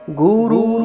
guru